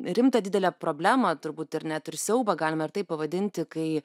rimtą didelę problemą turbūt ir net ir siaubą galima taip pavadinti kai